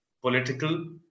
political